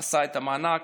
עשה את המענק